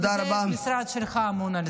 המשרד שלך אמון על זה.